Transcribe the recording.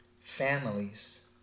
families